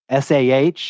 sah